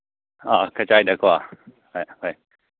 ꯑ ꯀꯗꯥꯏꯗꯀꯣ ꯍꯣꯏ ꯍꯣꯏ